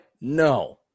no